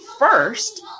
First